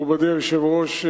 מכובדי היושב-ראש,